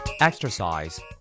Exercise